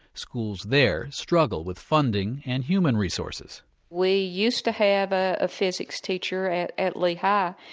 schools there struggle with funding and human resources we used to have a ah physics teacher at at lee high.